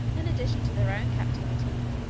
in addition to their own captivity,